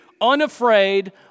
Unafraid